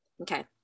Okay